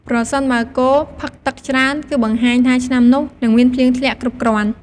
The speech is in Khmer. ប្រសិនបើគោផឹក ទឹក ច្រើន គឺបង្ហាញថាឆ្នាំនោះនឹងមានភ្លៀងធ្លាក់គ្រប់គ្រាន់។